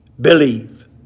believe